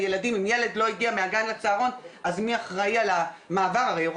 אנחנו נעבור רגע לצהרוני ניצנים שזה